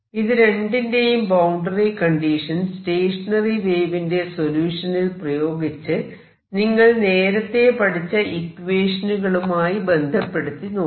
ഇത് രണ്ടിന്റെയും boundary condition stationary വേവിന്റെ സൊല്യൂഷനിൽ പ്രയോഗിച്ച് നിങ്ങൾ നേരത്തെ പഠിച്ച ഇക്വേഷനുകളുമായി ബന്ധപ്പെടുത്തി നോക്കൂ